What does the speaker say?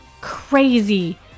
crazy